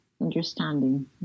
understanding